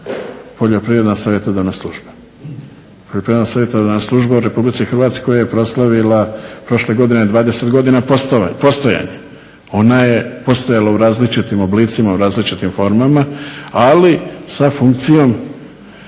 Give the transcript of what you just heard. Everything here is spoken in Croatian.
Poljoprivredna savjetodavna služba. Poljoprivredna savjetodavna služba u Republici Hrvatskoj je proslavila prošle godine 20 godina postojanja. Ona je postojala u različitim oblicima, u različitim formama, ali sa funkcijom